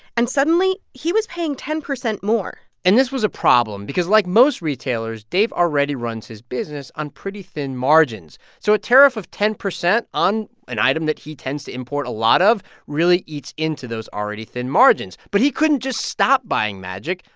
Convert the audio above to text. and suddenly, he was paying ten percent more and this was a problem because, like most retailers, dave already runs his business on pretty thin margins, so a tariff of ten percent on an item that he tends to import a lot of really eats into those already-thin margins. but he couldn't just stop buying magic.